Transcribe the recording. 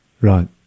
Right